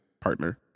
partner